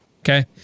okay